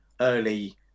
early